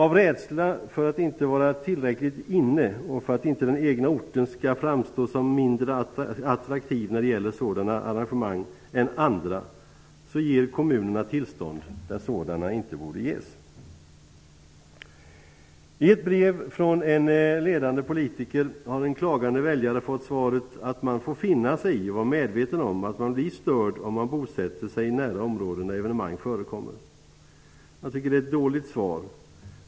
Av rädsla för att inte vara tillräckligt ''inne'' och för att inte den egna orten skall framstå som mindre attraktiv när det gäller sådana arrangemang än andra ger kommunerna tillstånd, där sådana inte borde ges. I ett brev från en ledande politiker har en klagande väljare fått svaret att man får finna sig i och vara medveten om att man blir störd om man bosätter sig nära områden där evenemang förekommer. Jag tycker att det är ett dåligt svar.